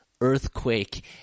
earthquake